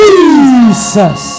Jesus